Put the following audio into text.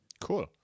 Cool